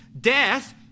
death